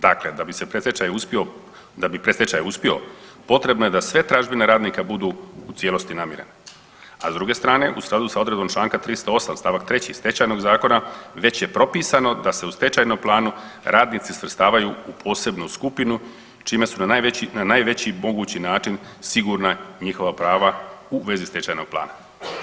Dakle da bi se predstečaj uspio, da bi predstečaj uspio, potrebno je da sve tražbine radnika budu u cijelosti namirene, a s druge strane, u skladu s odredbom čl. 308 st. 3 Stečajnog zakona, već je propisano da se u stečajnom planu radnici svrstavaju u posebnu skupinu, čime su na najveći mogući način sigurna njihova prava u vezi stečajnog plana.